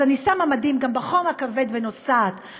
אז אני שמה מדים גם בחום הכבד ונוסעת.